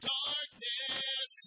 darkness